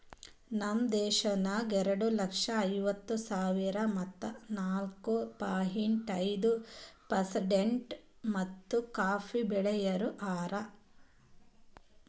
ನಮ್ ದೇಶದಾಗ್ ಎರಡು ಲಕ್ಷ ಐವತ್ತು ಸಾವಿರ ಮತ್ತ ನಾಲ್ಕು ಪಾಯಿಂಟ್ ಐದು ಪರ್ಸೆಂಟ್ ಮಂದಿ ಕಾಫಿ ಬೆಳಿಯೋರು ಹಾರ